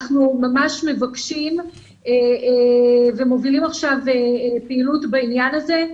אנחנו ממש מבקשים ומובילים פעילות בעניין הזה,